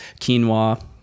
quinoa